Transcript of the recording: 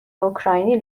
اوکراینی